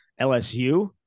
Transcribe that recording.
LSU